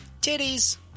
Titties